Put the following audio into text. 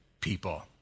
people